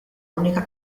única